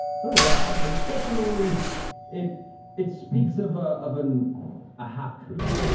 sort of lie, but it's definitely it it speaks of ah of and a half truth.